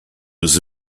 was